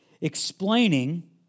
explaining